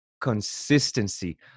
consistency